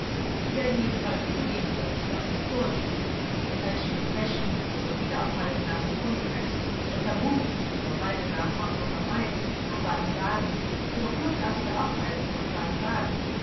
sie werden jedenfalls zugeben daß ihr ganzes vorgehen die gefälschten depeschen ihre wiederabreise nach dem kontinent ihre vermummung ihre reise nach frankfurt a m nach baden-baden ihre fluchtartige abreise von baden-baden